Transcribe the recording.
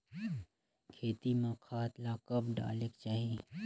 खेती म खाद ला कब डालेक चाही?